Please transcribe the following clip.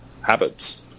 habits